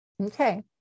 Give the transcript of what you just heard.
Okay